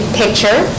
picture